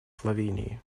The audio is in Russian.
словении